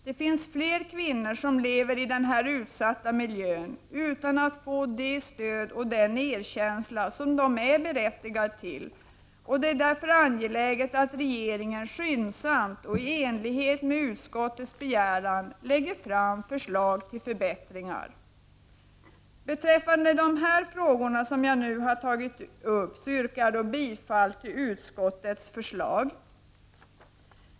Det finns fler kvinnor som lever i denna utsatta miljö utan att få det stöd och den erkänsla som de är berättigade till. Det är därför angeläget att regeringen skyndsamt och i enlighet med utskottets begäran lägger fram förslag till förbättringar. Beträffande de frågor som jag nu har tagit upp yrkar jag bifall till utskottets förslag.